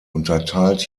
unterteilt